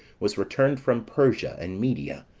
was returned from persia, and media,